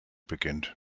beginnt